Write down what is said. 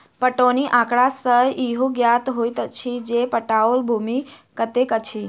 पटौनी आँकड़ा सॅ इहो ज्ञात होइत अछि जे पटाओल भूमि कतेक अछि